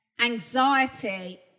Anxiety